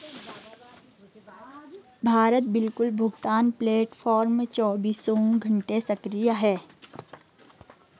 Bharat bill भुगतान platform चौबीसों घंटे सक्रिय है